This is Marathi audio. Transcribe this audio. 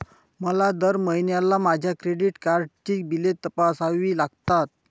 मला दर महिन्याला माझ्या क्रेडिट कार्डची बिले तपासावी लागतात